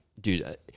dude